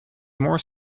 more